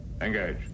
Engage